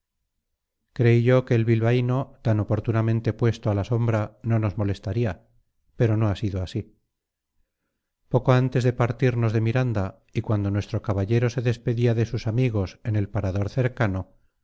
yo que el bilbaíno tan oportunamente puesto a la sombra no nos molestaría pero no ha sido así poco antes de partirnos de miranda y cuando nuestro caballero se despedía de sus amigos en el parador cercano